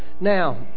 Now